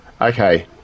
Okay